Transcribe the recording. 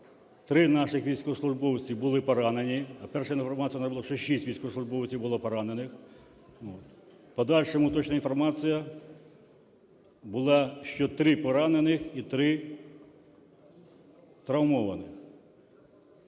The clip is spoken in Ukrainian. три наших військовослужбовців були поранені, а перша інформація була, що шість військовослужбовців було поранених. У подальшому уточнена інформація була, що три поранених і три травмованих.